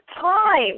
time